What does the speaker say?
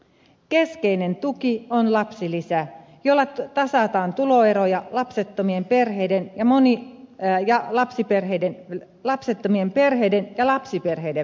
keskeinen tuki on lapsilisä jolla tasataan tuloeroja lapsettomien perheiden ja lapsiperheiden välillä